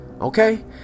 okay